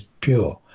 pure